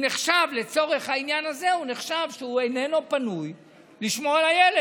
נחשב לצורך העניין הזה שהוא איננו פנוי לשמור על הילד.